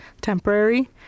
temporary